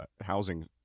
housing